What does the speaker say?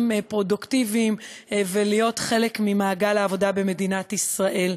פרודוקטיביים ולהיות חלק ממעגל העבודה במדינת ישראל.